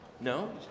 No